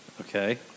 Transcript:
Okay